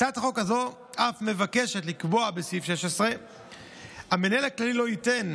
הצעת החוק הזו אף מבקשת לקבוע בסעיף 16 כי המנהל הכללי לא ייתן